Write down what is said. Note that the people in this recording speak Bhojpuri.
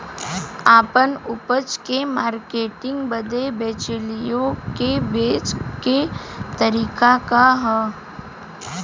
आपन उपज क मार्केटिंग बदे बिचौलियों से बचे क तरीका का ह?